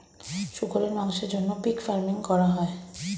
শুকরের মাংসের জন্য পিগ ফার্মিং করা হয়